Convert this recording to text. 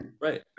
Right